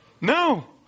No